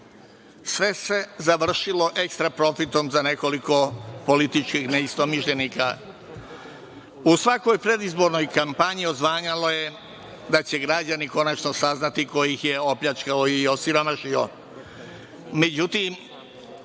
Sve se završilo ekstra profitom za nekoliko političkih neistomišljenika.U svakoj predizbornoj kampanji odzvanjalo je da će građani konačno saznati ko ih je opljačkao i osiromašio.